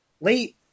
late